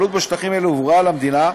הבעלות בשטחים אלה הועברה למדינה,